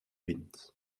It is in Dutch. wind